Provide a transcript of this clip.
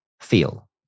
feel